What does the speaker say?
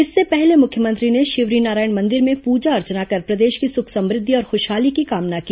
इससे पहले मुख्यमंत्री ने शिवरीनारायण मंदिर में पूजा अर्चना कर प्रदेश की सुख समृद्वि और खुशहाली की कामना की